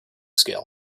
scale